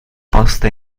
posta